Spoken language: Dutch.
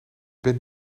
bent